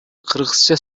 кыргызча